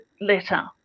letter